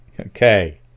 Okay